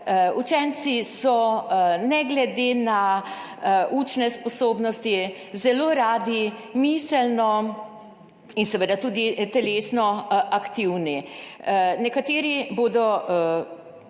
Učenci so ne glede na učne sposobnosti zelo radi miselno in seveda tudi telesno aktivni. Zavedati se